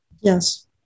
Yes